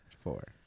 four